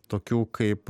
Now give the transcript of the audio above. tokių kaip